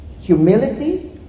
humility